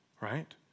right